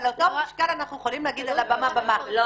על אותו משקל אנחנו יכולים להגיד על הבמה --- לא,